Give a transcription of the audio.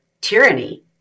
tyranny